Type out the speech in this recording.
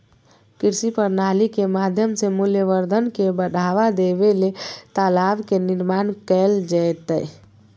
कृषि प्रणाली के माध्यम से मूल्यवर्धन के बढ़ावा देबे ले तालाब के निर्माण कैल जैतय